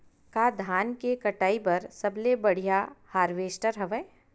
का धान के कटाई बर सबले बढ़िया हारवेस्टर हवय?